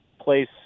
place